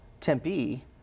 tempe